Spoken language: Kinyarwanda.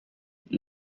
gen